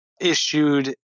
issued